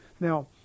Now